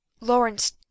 Lawrence